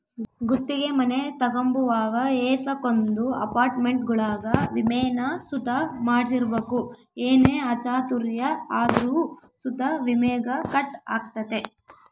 ಗುತ್ತಿಗೆ ಮನೆ ತಗಂಬುವಾಗ ಏಸಕೊಂದು ಅಪಾರ್ಟ್ಮೆಂಟ್ಗುಳಾಗ ವಿಮೇನ ಸುತ ಮಾಡ್ಸಿರ್ಬಕು ಏನೇ ಅಚಾತುರ್ಯ ಆದ್ರೂ ಸುತ ವಿಮೇಗ ಕಟ್ ಆಗ್ತತೆ